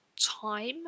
time